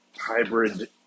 hybrid